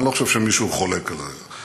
אני לא חושב שמישהו חולק על זה.